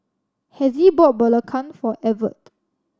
Hezzie bought belacan for Evette